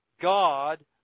God